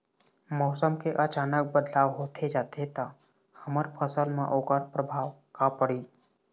मौसम के अचानक बदलाव होथे जाथे ता हमर फसल मा ओकर परभाव का पढ़ी?